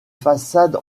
façade